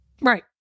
Right